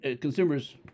Consumers